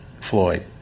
Floyd